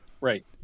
right